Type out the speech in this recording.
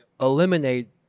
eliminate